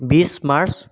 বিছ মাৰ্চ